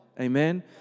Amen